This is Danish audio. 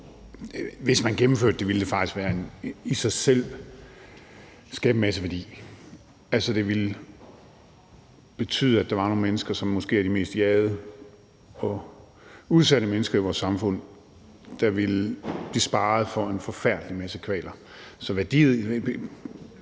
Hvis man gennemførte det, ville det faktisk i sig selv skabe en masse værdi. Altså, det ville betyde, at der var nogle mennesker, som måske er de mest jagede og udsatte mennesker i vores samfund, der ville blive sparet for en forfærdelig masse kvaler. Så forslaget